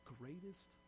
greatest